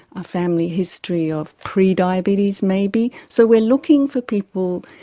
a family history of prediabetes maybe. so we are looking for people,